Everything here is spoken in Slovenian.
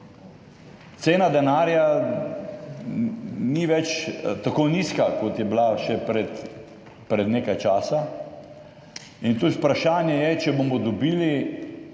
Cena denarja ni več tako nizka, kot je bila še pred nekaj časa, in tudi vprašanje je, če bomo dobili